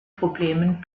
problemen